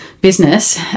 business